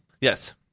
Yes